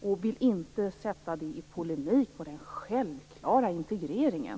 Det vill jag inte sätta i polemik mot den självklara integreringen.